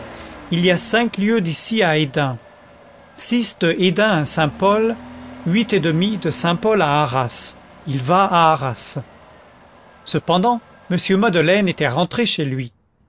il y a cinq lieues d'ici à hesdin six de hesdin à saint-pol huit et demie de saint-pol à arras il va à arras cependant m madeleine était rentré chez lui